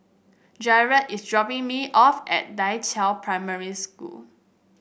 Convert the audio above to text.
Gearld is dropping me off at Da Qiao Primary School